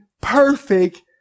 perfect